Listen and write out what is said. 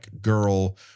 girl